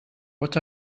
what